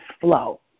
flow